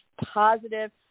positive